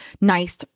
nice